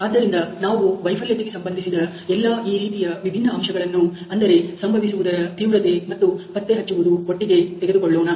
ಆದ್ದರಿಂದ ನಾವು ವೈಫಲ್ಯತೆಗೆ ಸಂಬಂಧಿಸಿದ ಎಲ್ಲಾ ಈ ರೀತಿ ವಿಭಿನ್ನ ಅಂಶಗಳನ್ನು ಅಂದರೆ ಸಂಭವಿಸುವುದರ ತೀವ್ರತೆ ಮತ್ತು ಪತ್ತೆಹಚ್ಚುವುದು ಒಟ್ಟಿಗೆ ತಿಳಿದುಕೊಳ್ಳೋಣ